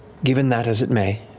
given that as it may,